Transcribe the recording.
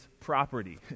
property